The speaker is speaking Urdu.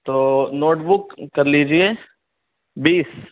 تو نوٹ بکس کر لیجیے بیس